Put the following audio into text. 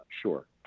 Sure